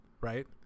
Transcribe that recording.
right